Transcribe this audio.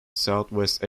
southwest